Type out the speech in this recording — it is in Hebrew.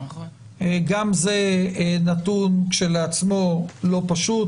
גם זה נתון כשלעצמו לא פשוט,